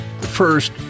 First